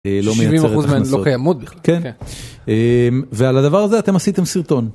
70% מהם לא קיימות בכלל, כן, ועל הדבר הזה אתם עשיתם סרטון.